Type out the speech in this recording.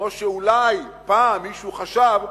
כמו שאולי פעם מישהו חשב,